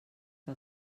que